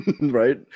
Right